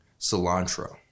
cilantro